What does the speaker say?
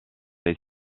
est